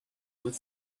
what